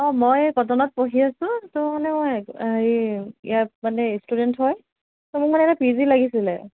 অঁ মই কটনত পঢ়ি আছোঁ ত' মানে মই হেৰি ইয়াত মানে ষ্টুডেণ্ট হয় মানে মোক এটা পি জি লাগিছিলে